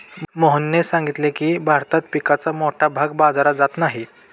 मोहनने सांगितले की, भारतात पिकाचा मोठा भाग बाजारात जात नाही